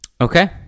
okay